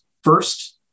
First